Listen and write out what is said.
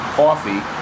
coffee